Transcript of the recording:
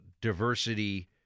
diversity